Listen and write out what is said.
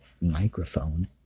microphone